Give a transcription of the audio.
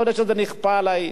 אתה יודע שזה נכפה עלי.